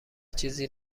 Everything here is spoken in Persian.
چیزی